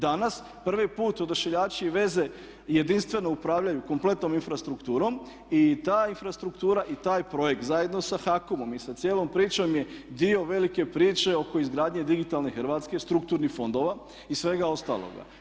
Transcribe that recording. Danas prvi put odašiljači i veze jedinstveno upravljaju kompletnom infrastrukturom i ta infrastruktura i taj projekt zajedno sa HAKOM-om i sa cijelom pričom je dio velike priče oko izgradnje digitalnih hrvatskih strukturnih fondova i svega ostaloga.